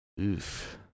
Oof